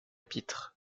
pitre